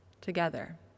together